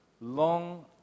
long